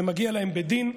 זה מגיע להם בדין.